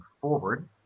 forward